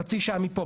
חצי שעה מפה,